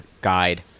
guide